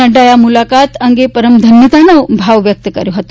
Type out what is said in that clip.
નઙાએ આ મુલાકાત અંગે પરમધન્યતાનો ભાવ વ્યક્ત કર્યો હતો